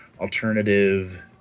alternative